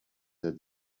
that